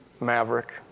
Maverick